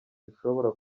dushobora